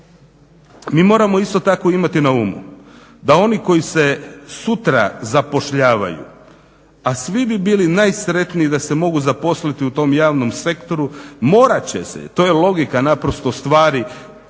Mi moramo isto tako imati na umu da oni koji se sutra zapošljavaju, a svi bi bili najsretniji da se mogu zaposliti u tom javnom sektoru, morat će se, to je logika naprosto stvari,